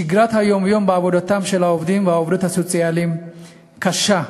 שגרת היום-יום בעבודתם של העובדים והעובדות הסוציאליים קשה,